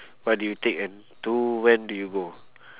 what do you take and to when do you go